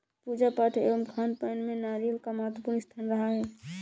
पूजा पाठ एवं खानपान में नारियल का महत्वपूर्ण स्थान रहा है